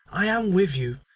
i am with you.